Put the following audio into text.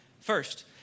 first